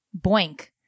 boink